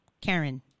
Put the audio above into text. Karen